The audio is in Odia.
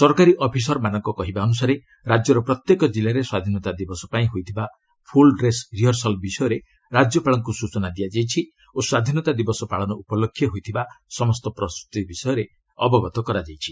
ସରକାରୀ ଅଫିସରମାନଙ୍କ କହିବା ଅନୁସାରେ ରାଜ୍ୟର ପ୍ରତ୍ୟେକ କିଲ୍ଲାରେ ସ୍ୱାଧୀନତା ଦିବସ ପାଇଁ ହୋଇଥିବା ଫୁଲ୍ ଡ୍ରେସ୍ ରିହର୍ସଲ୍ ବିଷୟରେ ରାଜ୍ୟପାଳଙ୍କ ସ୍ଚନା ଦିଆଯାଇଛି ଓ ସ୍ୱାଧୀନତା ଦିବସ ପାଳନ ଉପଲକ୍ଷେ ହୋଇଥିବା ସମସ୍ତ ପ୍ରସ୍ତତି ବିଷୟରେ ଅବଗତ କରାଯାଇଛି